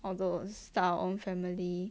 or to start our own family